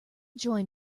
join